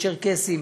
צ'רקסים,